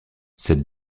cette